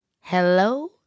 Hello